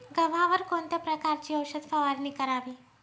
गव्हावर कोणत्या प्रकारची औषध फवारणी करावी?